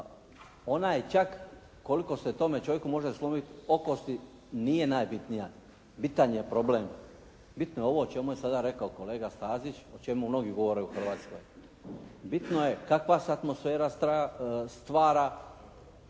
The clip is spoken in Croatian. Ona je čak, koliko se tome čovjeku može slomiti o kosti nije najbitnija, bitan je problem. Bitno je ovo o čemu je sada rekao kolega Stazić, o čemu mnogi govore u Hrvatskoj. Bitno je kakva se atmosfera stvara,